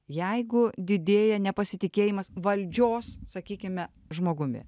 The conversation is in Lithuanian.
jeigu didėja nepasitikėjimas valdžios sakykime žmogumi